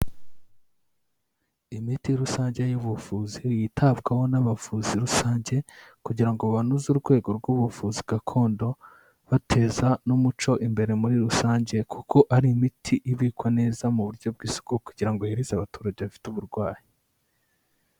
Imiti rusange y'ubuvuzi, yitabwaho n'abavuzi rusange, kugira ngo banoze urwego rw'ubuvuzi gakondo bateza n'umuco imbere muri rusange, kuko ari imiti ibikwa neza mu buryo bw'isiku, kugira ngo bayihereze abaturage bafite uburwayi.